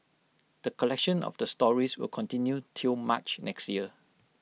the collection of the stories will continue till March next year